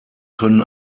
können